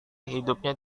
hidupnya